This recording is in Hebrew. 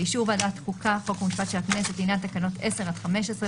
באישור ועדת החוקה חוק ומשפט של הכנסת לעניין תקנות 10 עד 15,